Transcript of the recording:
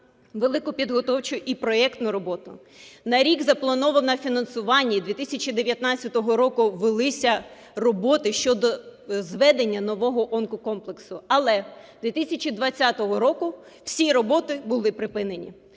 велику підготовчу і проектну роботу, на рік заплановано фінансування, і 2019 року велися роботи щодо зведення нового онкокомплексу. Але 2020 року всі роботи були припинені,